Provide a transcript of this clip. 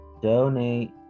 Donate